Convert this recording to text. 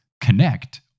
connect